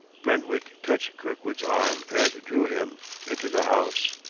brentwick touched kirkwood's arm and drew him into the house.